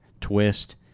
Twist